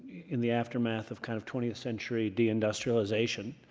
in the aftermath of kind of twentieth century deindustrialization,